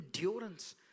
endurance